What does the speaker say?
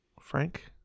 Frank